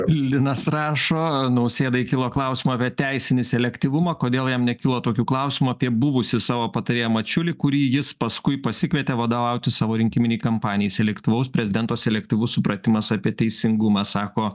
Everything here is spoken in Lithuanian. linas rašo nausėdai kilo klausimų apie teisinį selektyvumą kodėl jam nekilo tokių klausimų apie buvusį savo patarėją mačiulį kurį jis paskui pasikvietė vadovauti savo rinkiminei kampanijai selektyvaus prezidento selektyvus supratimas apie teisingumą sako